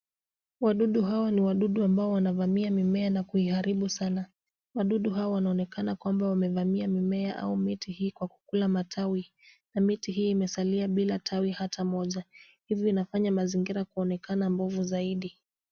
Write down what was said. Wadudu hawa ni wadudu ambao wanavamia mimea na kuiharibu sana. Wadudu hawa wanaonekana kwamba wamevamia mimea au miti hii kwa matawi na miti hii imesalia bila tawi hata moja. Hizi zinafanya mazingira kuonekana mbovu zaidi.